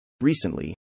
Recently